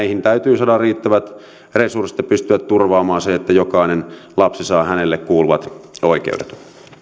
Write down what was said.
täytyy saada riittävät resurssit ja pystyä turvaamaan se että jokainen lapsi saa hänelle kuuluvat oikeudet